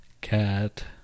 Cat